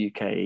UK